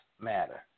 Matter